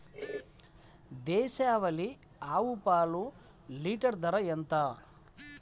దేశవాలీ ఆవు పాలు లీటరు ధర ఎంత?